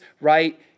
right